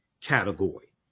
category